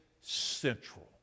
central